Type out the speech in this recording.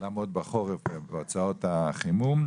לעמוד בחורף בהוצאות החימום,